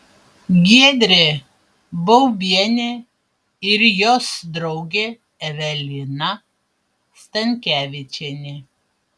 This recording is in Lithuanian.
giedrė baubienė ir jos draugė evelina stankevičienė